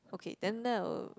okay then that would